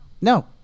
No